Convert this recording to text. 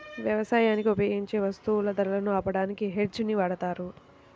యవసాయానికి ఉపయోగించే వత్తువుల ధరలను ఆపడానికి హెడ్జ్ ని వాడతారు